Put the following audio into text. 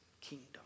kingdom